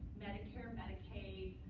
medicare, medicaid,